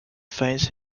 fence